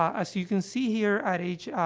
as you can see here, at age, ah,